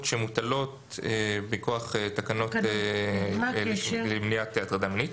שמוטלות מכוח תקנות למניעת הטרדה מינית.